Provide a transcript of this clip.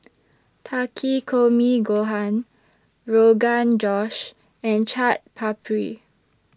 Takikomi Gohan Rogan Josh and Chaat Papri